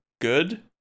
good